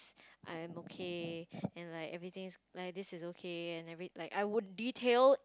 I am okay and like everything is like this is okay and everything~ like I would detail